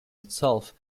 itself